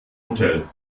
hotel